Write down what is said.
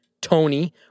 Tony